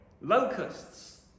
Locusts